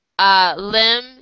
Lim